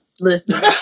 Listen